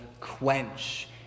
quench